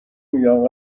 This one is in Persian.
میگم